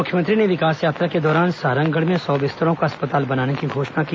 मुख्यमंत्री ने विकास यात्रा के दौरान सारंगढ़ में सौ बिस्तरों का अस्पताल बनाने की घोषणा की